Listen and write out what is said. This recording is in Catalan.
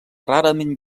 rarament